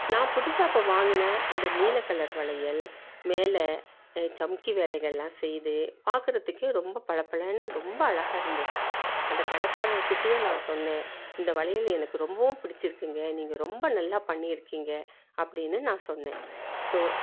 நான் புதுசாக அப்போ வாங்கின அந்த நீலக் கலர் வளையல் மேலே சமிக்கி வேலைகளெலாம் செய்து பார்க்கறதுக்கே ரொம்ப பளபளன்னு ரொம்ப அழகாக இருந்தது அந்த கடைகாரர் கிட்டேயே நான் சொன்னேன் இந்த வளையல் எனக்கு ரொம்பவும் பிடிச்சுருக்குங்க நீங்கள் ரொம்ப நல்லா பண்ணியிருக்கீங்க அப்படின்னு நான் சொன்னேன் ஸோ